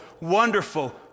wonderful